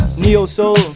neo-soul